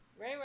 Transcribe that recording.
Ray